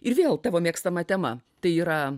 ir vėl tavo mėgstama tema tai yra